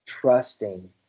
trusting